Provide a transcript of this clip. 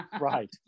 right